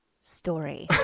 story